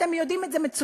ואתם יודעים את זה מצוין.